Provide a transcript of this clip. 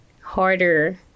harder